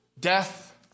death